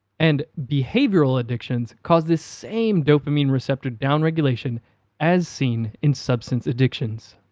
and, behavioral addictions cause this same dopamine receptor downregulation as seen in substance addictions.